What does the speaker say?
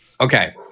okay